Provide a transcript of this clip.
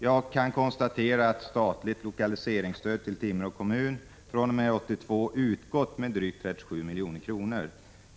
Jag kan konstatera att statligt lokaliseringsstöd till Timrå kommun fr.o.m. 1982 utgått med drygt 37 milj.kr.